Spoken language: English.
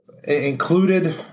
included